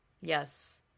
Yes